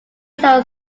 sold